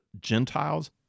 Gentiles